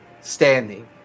standing